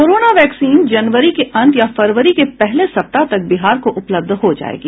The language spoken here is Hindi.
कोरोना वैक्सीन जनवरी के अंत या फरवरी के पहले सप्ताह तक बिहार को उपलब्ध हो जायेगी